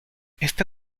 esta